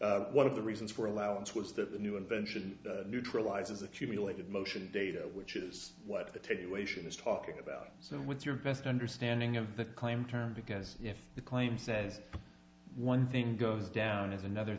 the one of the reasons for allowance was that the new invention neutralizes accumulated motion data which is what the take away she was talking about so with your best understanding of the claim term because if the claim says one thing goes down is another